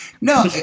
No